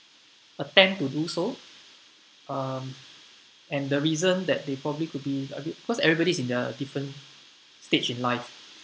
attempt to do so um and the reason that they probably could be a bit cause everybody's in their different stage in life